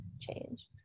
change